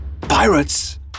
Pirates